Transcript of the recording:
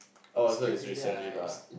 oh also it's recently lah